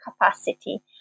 capacity